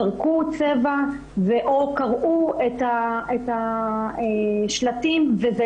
זרקו צבע או קרעו את השלטים וזה